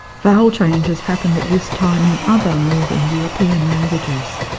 vowel changes happened at this time in other northern european languages.